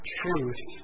truth